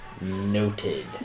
Noted